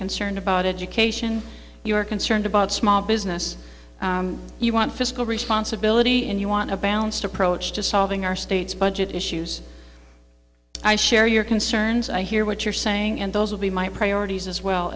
concerned about education you're concerned about small business you want fiscal responsibility and you want a balanced approach to solving our state's budget issues i share your concerns i hear what you're saying and those will be my priorities as well